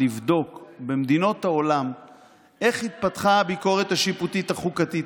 לבדוק במדינות העולם איך התפתחה הביקורת השיפוטית החוקתית.